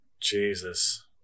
Jesus